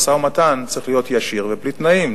משא-ומתן צריך להיות ישיר ובלי תנאים,